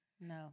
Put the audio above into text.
No